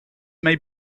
may